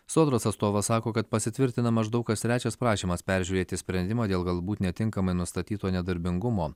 sodros atstovas sako kad pasitvirtina maždaug kas trečias prašymas peržiūrėti sprendimą dėl galbūt netinkamai nustatyto nedarbingumo